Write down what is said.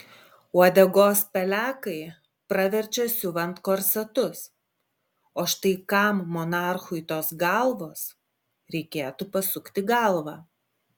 uodegos pelekai praverčia siuvant korsetus o štai kam monarchui tos galvos reikėtų pasukti galvą